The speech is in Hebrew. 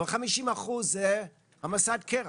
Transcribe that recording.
אבל 50 אחוזים זה המסת קרח.